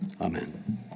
Amen